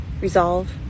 Resolve